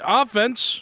offense